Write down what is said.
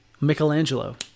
Michelangelo